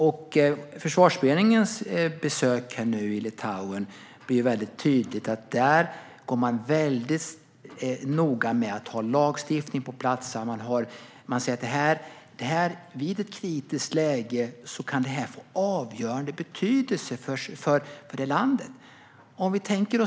Under Försvarsberedningens besök i Litauen blev det väldigt tydligt att man där är mycket noga med att ha lagstiftning på plats. I ett kritiskt läge kan detta få avgörande betydelse för landet.